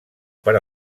per